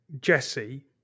Jesse